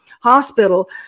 hospital